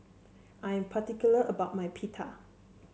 I am particular about my Pita